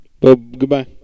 goodbye